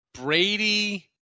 Brady